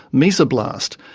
mesoblast,